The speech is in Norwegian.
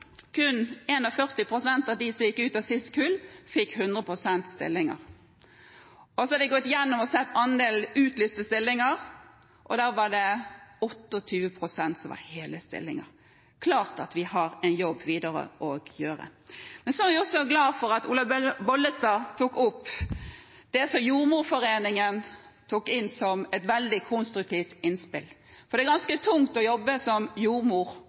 kun 41 pst. av de som gikk ut i sist kull, fikk 100 pst. stilling. De har også gått gjennom og sett på andelen utlyste stillinger, og der var det 28 pst. som var hele stillinger. Det er klart at vi har en jobb å gjøre videre. Vi er glade for at Olaug V. Bollestad tok opp Jordmorforeningens veldig konstruktive innspill. Det er ganske tungt å jobbe som jordmor